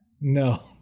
No